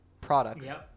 products